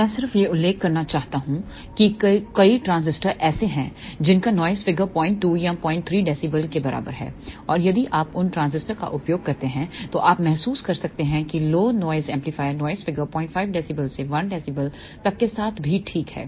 मैं सिर्फ यह उल्लेख करना चाहता हूं कि कई ट्रांजिस्टर ऐसे हैं जिनका नॉइस फिगर 02 या 03 dB के बराबर है और यदि आप उन ट्रांजिस्टर का उपयोग करते हैं तो आप महसूस कर सकते हैं कि low noise amplifier noise figure 05 dB से 1 dB तक के साथ भी ठीक है